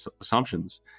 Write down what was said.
assumptions